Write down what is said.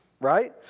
right